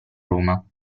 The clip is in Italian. roma